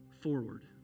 forward